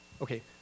Okay